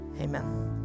Amen